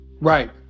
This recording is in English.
Right